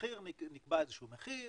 נקבע איזה שהוא המחיר